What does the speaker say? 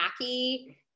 tacky